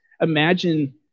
imagine